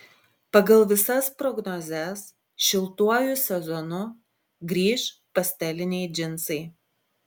pagal visas prognozes šiltuoju sezonu grįš pasteliniai džinsai